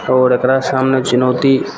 आओर एकरा सामने चुनौती